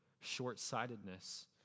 short-sightedness